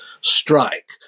strike